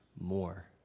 more